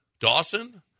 Dawson